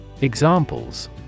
Examples